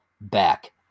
back